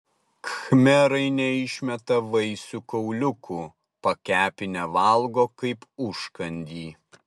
khmerai neišmeta vaisių kauliukų pakepinę valgo kaip užkandį